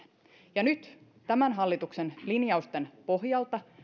ja nyt tämän hallituksen linjausten pohjalta